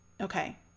Okay